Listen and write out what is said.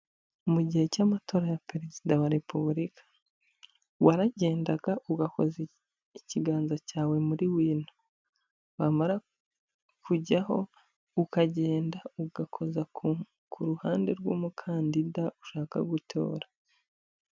Mu gihe cy'amatora ya perezida wa Repubulika. Waragendaga ugakoza ikiganza cyawe muri wino. Wamara kujyaho ukagenda ugakoza ku ruhande rw'umukandida ushaka gutora.